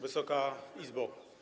Wysoka Izbo!